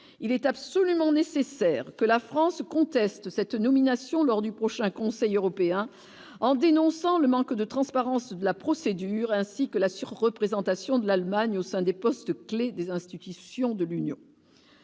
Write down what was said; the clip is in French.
il est absolument nécessaire que la France conteste cette nomination lors du prochain conseil européen en dénonçant le manque de transparence de la procédure, ainsi que la sur-représentation de l'Allemagne au sein des postes clés des institutions de l'Union.